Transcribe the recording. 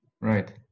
Right